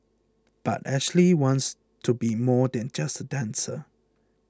but Ashley wants to be more than just a dancer